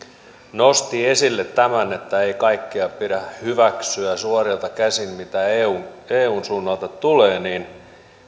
nosti esille tämän että ei kaikkea pidä hyväksyä suorilta käsin mitä eun suunnalta tulee